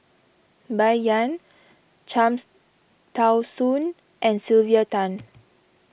Bai Yan Cham's Tao Soon and Sylvia Tan